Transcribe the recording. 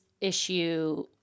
issue